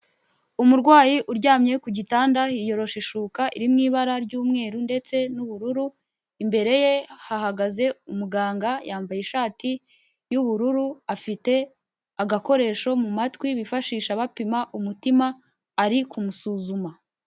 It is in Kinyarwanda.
Umurwayi uryamye ku gitanda yiyoroshe ishuka iri mu ibara ry'umweru ndetse n'ubururu, imbere ye hahagaze umuganga yambaye ishati yubururu afite agakoresho mu matwi bifashisha bapima umutima ari kumusuzuma.